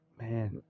Man